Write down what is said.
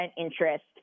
interest